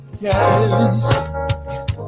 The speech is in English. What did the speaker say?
Yes